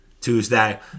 tuesday